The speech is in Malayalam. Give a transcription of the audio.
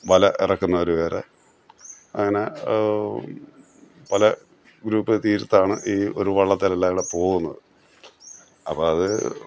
വല ഇറക്കുന്നവര് വേറെ അങ്ങന പല ഗ്രുപ്പിൽ തീർത്താണ് ഈ ഒരു വള്ളത്തേലെല്ലാവരുങ്കൂടെ പോകുന്നത് അപ്പോള് അത്